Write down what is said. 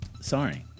Sorry